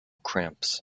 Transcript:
cramps